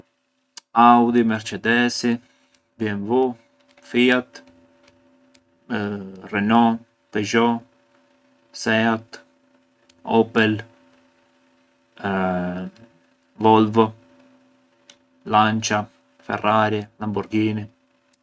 Audi, Merçedesi, BMW, FIAT, Renault, Peugeot, Seat, Opel, Volvo, Lança, Ferrari, Lamborghini.